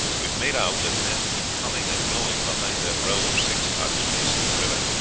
we have made out that men keep coming and going behind that row of six huts facing the river,